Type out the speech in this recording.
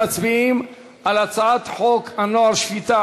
מצביעים על הצעת החוק הנוער (שפיטה,